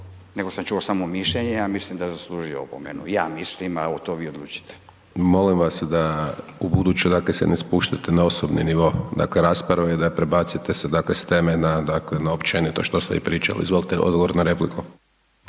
nego sam čuo samo mišljenje, ja mislim da je zaslužio opomenu, ja mislim, a to vi odlučite. **Hajdaš Dončić, Siniša (SDP)** Molim vas da ubuduće, dakle se ne spuštate na osobni nivo rasprave i da prebacite se s teme na općenito što ste pričali. Izvolite, odgovor na repliku.